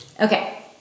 Okay